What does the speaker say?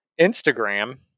Instagram